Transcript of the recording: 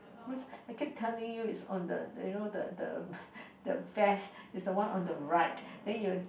I keep telling you is on the you know the the vest is the one on the right then you